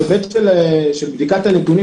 בהיבט של בדיקת הנתונים,